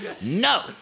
No